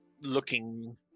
looking